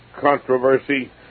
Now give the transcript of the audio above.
controversy